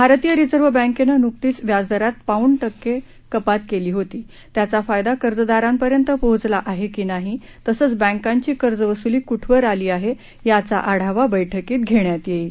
भारतीय रिझर्व बँकेनं नुकतीच व्याजदरात पाऊण टक्के कपात केली होतीत्याचा फायदा कर्जदारांपर्यंत पोहोचला आहे की नाही तसंच बँकांची कर्जवसुली कुठवर आली आहे याचा आढावा बैठकीत घेण्यात येईल